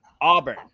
auburn